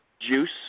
Juice